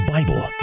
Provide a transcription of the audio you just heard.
Bible